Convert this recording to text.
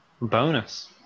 bonus